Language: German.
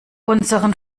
unseren